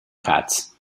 katz